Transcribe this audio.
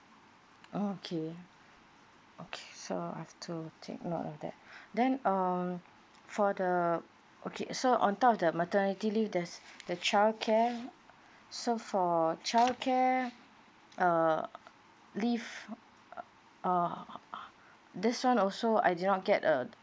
okay okay so I've to take note of that then err for the okay so on top of the maternity leave there's the childcare so for childcare err leave uh err this one also I did not get a